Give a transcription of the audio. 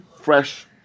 fresh